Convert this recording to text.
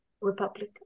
Republic